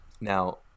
Now